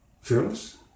fearless